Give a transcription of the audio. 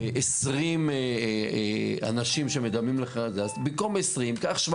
ב-20 אנשים שמדמים לך אז במקום 20 קח 17